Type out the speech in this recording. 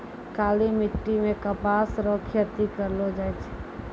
काली मिट्टी मे कपास रो खेती करलो जाय छै